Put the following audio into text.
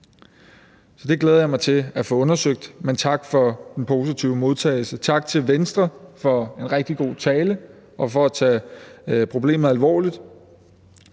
Så det glæder jeg mig til at få undersøgt. Men tak for den positive modtagelse. Tak til Venstre for en rigtig god tale og for at tage problemet alvorligt.